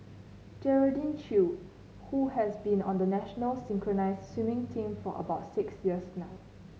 Geraldine Chew who has been on the national synchronised swimming team for about six years now